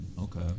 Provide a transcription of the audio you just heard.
Okay